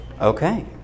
Okay